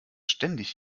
ständig